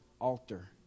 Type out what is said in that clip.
altar